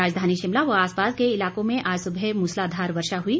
राजधानी शिमला व आस पास के इलाकों में आज सुबह मूसलाधार वर्षा हुई